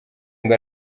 ngo